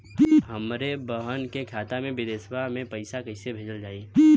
हमरे बहन के खाता मे विदेशवा मे पैसा कई से भेजल जाई?